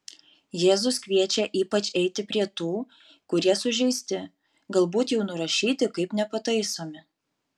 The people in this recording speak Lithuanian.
jėzus kviečia ypač eiti prie tų kurie sužeisti galbūt jau nurašyti kaip nepataisomi